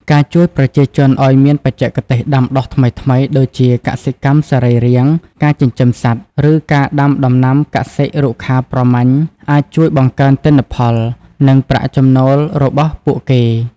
ការជួយប្រជាជនឱ្យមានបច្ចេកទេសដាំដុះថ្មីៗដូចជាកសិកម្មសរីរាង្គ ការចិញ្ចឹមសត្វ ឬការដាំដំណាំកសិ-រុក្ខាប្រមាញ់អាចជួយបង្កើនទិន្នផល និងប្រាក់ចំណូលរបស់ពួកគេ។